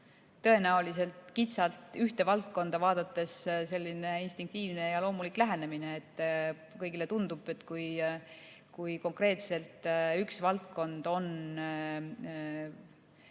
tõenäoliselt kitsalt ühte valdkonda vaadates instinktiivne ja loomulik lähenemine. Kõigile tundub, et kui konkreetselt üks valdkond on